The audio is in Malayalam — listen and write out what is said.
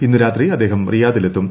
ഇന്ന് രാത്രി അദ്ദേഹം റിയാദിൽ എത്തും